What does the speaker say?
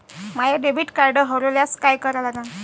माय debit card हरोल्यास काय करा लागन?